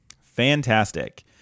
fantastic